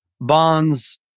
bonds